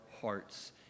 hearts